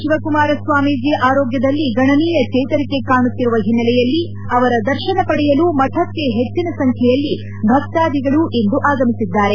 ಶಿವಕುಮಾರ ಸ್ವಾಮೀಜಿ ಆರೋಗ್ದದಲ್ಲಿ ಗಣನೀಯ ಚೇತರಿಕೆ ಕಾಣುತ್ತಿರುವ ಹಿನ್ನೆಲೆಯಲ್ಲಿ ಅವರ ದರ್ತನ ಪಡೆಯಲು ಮಠಕ್ಕೆ ಹೆಚ್ಚಿನ ಸಂಖ್ವೆಯಲ್ಲಿ ಭಕ್ತಾಧಿಗಳು ಇಂದು ಆಗಮಿಸಿದ್ದಾರೆ